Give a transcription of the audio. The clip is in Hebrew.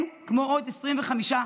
הם כמו עוד 25 חוות.